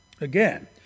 Again